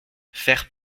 faire